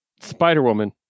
Spider-Woman